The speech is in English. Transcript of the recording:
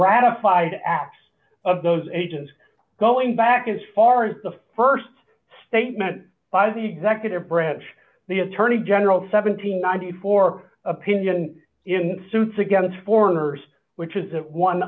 ratified acts of those agents going back as far as the st statement by the executive branch the attorney general seven hundred and ninety four opinion in suits against foreigners which isn't one